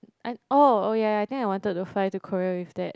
and oh oh yeah yeah I think I wanted to fly to Korea with that